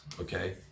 okay